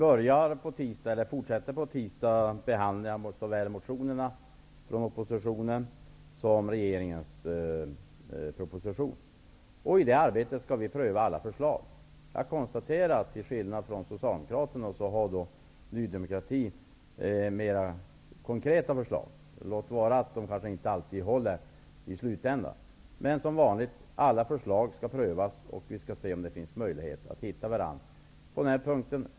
Fru talman! Vi fortsätter på tisdag behandlingen av såväl motionerna från oppositionen som regeringens proposition. I det arbetet skall vi pröva alla förslag. Jag konstaterar att Ny demokrati har mera konkreta förslag än Socialdemokraterna, låt vara att de kanske inte alltid håller i slutänden. Men som vanligt skall alla förslag prövas, och vi skall se om det finns möjlighet att hitta varandra på denna punkt.